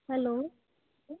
hello